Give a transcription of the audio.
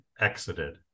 exited